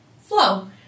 flow